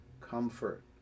comfort